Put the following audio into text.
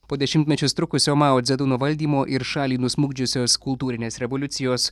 po dešimtmečius trukusio mao dzeduno valdymo ir šalį nusmukdžiusios kultūrinės revoliucijos